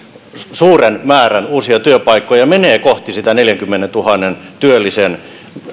suuren määrän uusia työpaikkoja ja menee kohti sitä neljänkymmenentuhannen työllisen